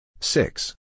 Six